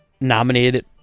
nominated